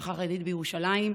משפחה חרדית בירושלים,